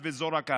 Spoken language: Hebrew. וזו רק ההתחלה.